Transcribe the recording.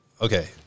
okay